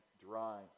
dry